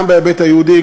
גם בהיבט היהודי,